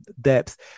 depth